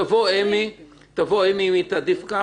תבוא אמי ותחליט מה היא מעדיפה.